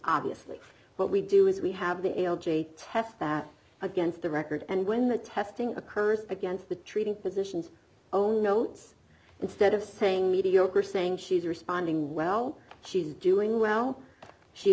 obviously what we do is we have the a l j test that against the record and when the testing occurs against the treating physicians own notes instead of saying mediocre saying she's responding well she's doing well she